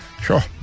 Sure